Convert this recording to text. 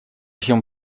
się